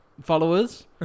Followers